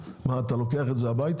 הרי , מה אתה לוקח את הכסף הביתה?